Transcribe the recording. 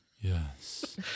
Yes